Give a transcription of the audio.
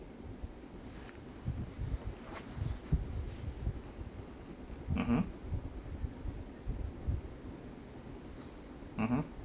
mmhmm mmhmm